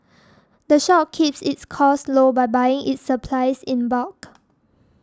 the shop keeps its costs low by buying its supplies in bulk